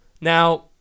Now